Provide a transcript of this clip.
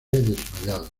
desmayado